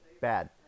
bad